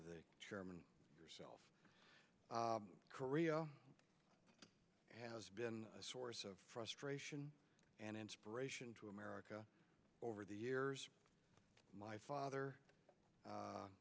of the chairman yourself career has been a source of frustration and inspiration to america over the years my father